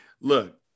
Look